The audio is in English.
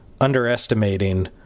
underestimating